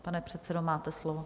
Pane předsedo, máte slovo.